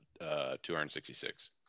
266